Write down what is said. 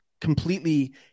completely